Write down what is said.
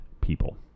people